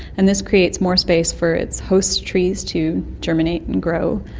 and this creates more space for its host trees to germinate and grow,